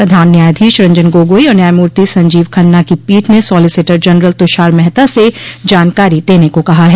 प्रधान न्यायाधीश रंजन गोगोई और न्यायमूर्ति संजीव खन्ना की पीठ ने सॉलिसिटर जनरल तुषार मेहता से जानकारी देने को कहा है